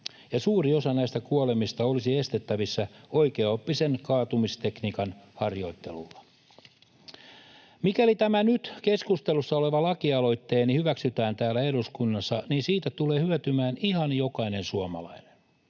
suuri osa näistä kuolemista olisi estettävissä oikeaoppisen kaatumistekniikan harjoittelulla. Mikäli tämä nyt keskustelussa oleva lakialoitteeni hyväksytään täällä eduskunnassa, siitä tulee hyötymään ihan jokainen suomalainen